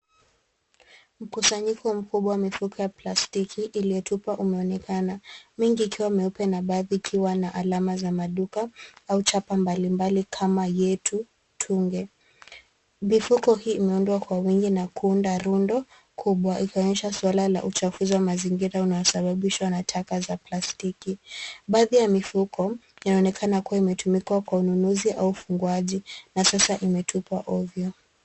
Mkusanyiko mkubwa wa mifuko ya plastiki iliyotupwa umeonekana, mengi ikiwa meupe na baadhi ikiwa na alama za maduka au chapa mbalimbali kama yetu, tunge. Mifuko hii imeundwa kwa wingi na kuunda rundo kubwa ikionyesha swala la uchafuzi wa mazingira unaosababishwa na taka za plastiki. Baadhi ya mifuko yanaonekana kuwa imetumikwa kwa ununuzi au ufungaji na sasa imetupwa ovyo.